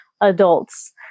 adults